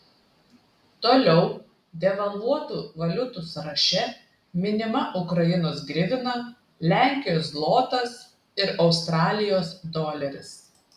toliau devalvuotų valiutų sąraše minima ukrainos grivina lenkijos zlotas ir australijos doleris